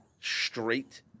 straight